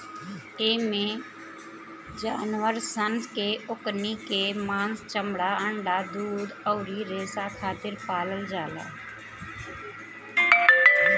एइमे जानवर सन के ओकनी के मांस, चमड़ा, अंडा, दूध अउरी रेसा खातिर पालल जाला